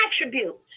attributes